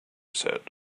said